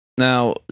Now